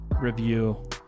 review